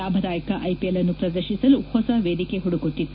ಲಾಭದಾಯಕ ಐಪಿಎಲ್ ಅನ್ನು ಪ್ರದರ್ಶಿಸಲು ಹೊಸ ವೇದಿಕೆ ಹುಡುಕುತ್ತಿತ್ತು